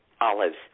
olives